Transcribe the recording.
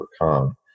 overcome